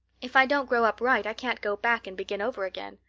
if i don't grow up right i can't go back and begin over again.